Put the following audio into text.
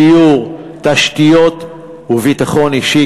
דיור, תשתיות וביטחון אישי.